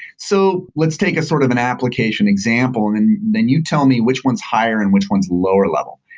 so let's take a sort of an application example and then you'd tell me which ones higher and which one's lower level.